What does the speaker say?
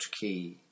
key